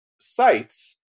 sites